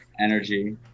Energy